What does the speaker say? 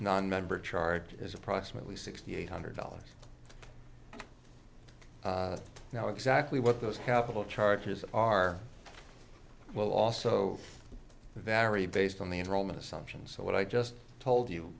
nonmember charge is approximately sixty eight hundred dollars now exactly what those capital charges are will also vary based on the enrollment assumptions so what i just told you